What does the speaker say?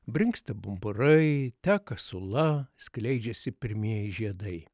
brinksta pumpurai teka sula skleidžiasi pirmieji žiedai